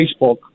Facebook